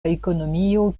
ekonomio